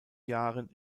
jahren